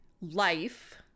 life